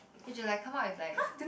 they should like come up with like